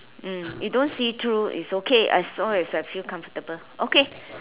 mm you don't see through it's okay as long as I feel comfortable okay